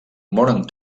moren